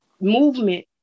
Movement